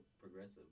progressive